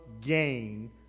gain